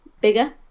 bigger